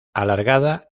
alargada